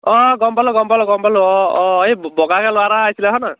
অঁ গম পালোঁ গম পালোঁ গম পালোঁ অঁ অঁ এই বগাকৈ ল'ৰা এটা আহিছিলে হয় নাই